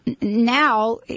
Now